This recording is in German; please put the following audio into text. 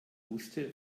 wusste